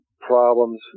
problems